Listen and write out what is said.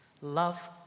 Love